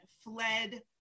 fled